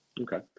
Okay